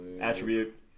attribute